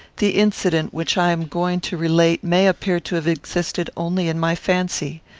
the incident which i am going to relate may appear to have existed only in my fancy.